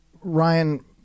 Ryan